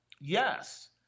Yes